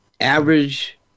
average